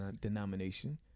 denomination